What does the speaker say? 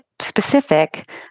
specific